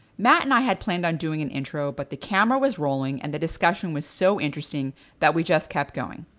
matt and i had planned on doing an intro but the camera was rolling and the discussion was so interesting that we just kept going.